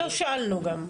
לא שאלנו גם.